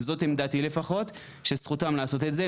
זאת עמדתי לפחות שזכותם לעשות את זה,